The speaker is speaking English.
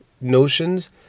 notions—